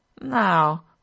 Now